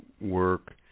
work